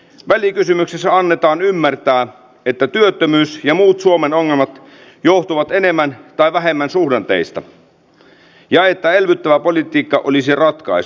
välikysymyksessä annetaan ymmärtää että työttömyys ja muut suomen ongelmat johtuvat enemmän tai vähemmän suhdanteista ja että elvyttävä politiikka olisi ratkaisu